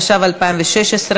התשע"ו 2016,